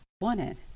wanted